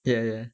ya ya